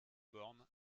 born